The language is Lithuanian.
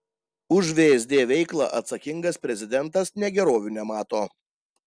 už vsd veiklą atsakingas prezidentas negerovių nemato